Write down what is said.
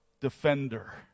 defender